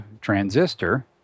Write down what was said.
transistor